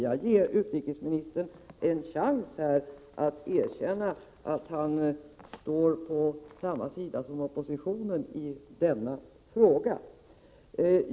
Jag ger här utrikesministern en chans att erkänna att han står på samma sida som Aftonbladet när det gäller denna sak.